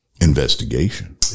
investigation